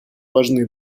важны